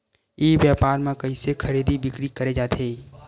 ई व्यापार म कइसे खरीदी बिक्री करे जाथे?